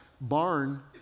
barn